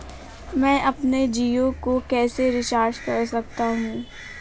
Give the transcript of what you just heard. मैं अपने जियो को कैसे रिचार्ज कर सकता हूँ?